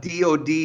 DOD